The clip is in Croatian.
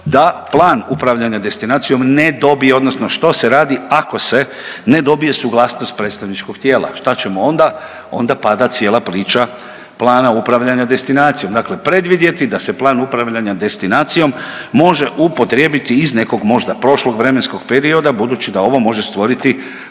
da plan upravljanja destinacijom ne dobije odnosno što se radi ako se ne dobije suglasnost predstavničkog tijela, šta ćemo onda? Onda pada cijela priča plana upravljanja destinacijom, dakle predvidjeti da se plan upravljanja destinacijom može upotrijebiti iz nekog možda prošlog vremenskog perioda budući da ovo može stvoriti